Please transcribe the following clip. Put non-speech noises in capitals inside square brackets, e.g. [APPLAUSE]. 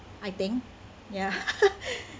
I think ya [LAUGHS]